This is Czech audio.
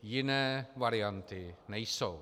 Jiné varianty nejsou.